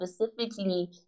specifically